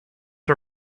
her